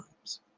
times